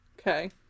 Okay